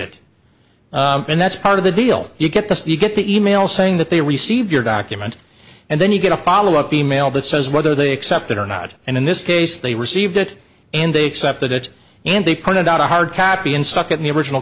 it and that's part of the deal you get this you get the e mail saying that they receive your document and then you get a follow up email that says whether they accept it or not and in this case they received it and they accepted it and they printed out a hard copy and stuck it in the original